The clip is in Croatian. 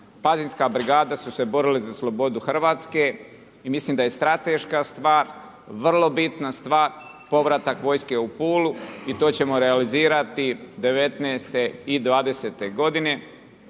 Pazinska brigada su se borili za slobodu Hrvatske. I mislim da je strateška stvar, vrlo bitna stvar povratak vojske u Pulu i to ćemo realizirati '19. i '20. g.